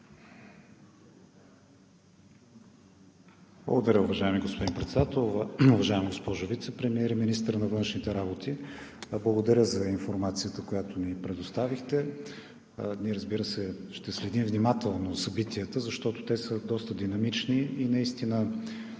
Благодаря, уважаеми господин Председател. Уважаема госпожо Вицепремиер и министър на външните работи, благодаря за информацията, която ни предоставихте. Разбира се, ние ще следим внимателно събитията, защото са доста динамични и за нас